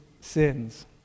sins